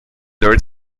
dirt